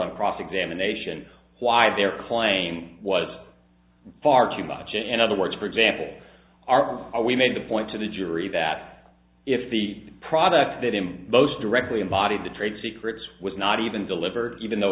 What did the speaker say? on cross examination why their claim was far too much in other words for example are we made the point to the jury that if the product that in most directly in body to trade secrets was not even delivered even though